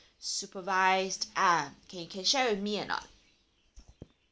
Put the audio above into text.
supervised ah can can share with me or not